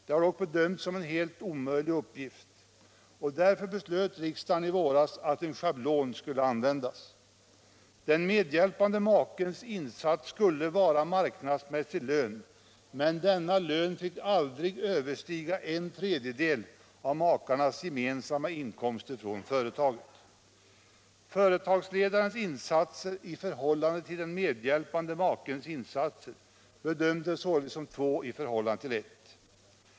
Det har dock bedömts som en helt omöjlig uppgift, och därför beslöt riksdagen i våras att en schablon skulle användas. Den medhjälpande makens insats skulle ge marknadsmässig lön, men denna lön fick aldrig överstiga en tredjedel av makarnas gemensamma inkomster från företaget. Företagsledarens insatser i förhållande till den medhjälpande makens insatser bedömdes således som två till ett.